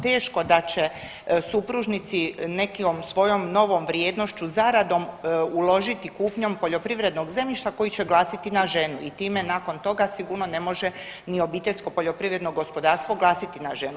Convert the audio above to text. Teško da će supružnici nekom svojom novom vrijednošću, zaradom uložiti kupnjom poljoprivrednog zemljišta koji će glasiti na ženu i time nakon toga sigurno ne može ni obiteljsko poljoprivredno gospodarstvo glasiti na ženu.